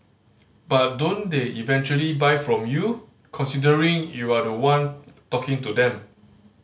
but don't they eventually buy from you considering you're the one talking to them